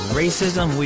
racism